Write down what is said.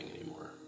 anymore